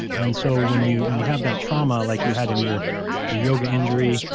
and so when you when you have that trauma, like you had in your your yoga injury,